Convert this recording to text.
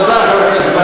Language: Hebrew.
תודה, חבר הכנסת בר-לב.